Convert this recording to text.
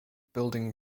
building